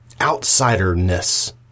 outsider-ness